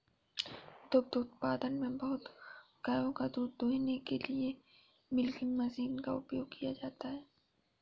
दुग्ध उत्पादन में बहुत गायों का दूध दूहने के लिए मिल्किंग मशीन का उपयोग किया जाता है